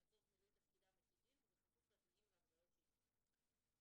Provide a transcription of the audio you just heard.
לצורך מילוי תפקידם לפי דין ובכפוף לתנאים והגבלות שיקבע.